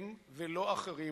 הם ולא אחרים,